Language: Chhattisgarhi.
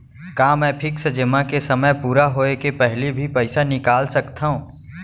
का मैं फिक्स जेमा के समय पूरा होय के पहिली भी पइसा निकाल सकथव?